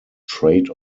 trade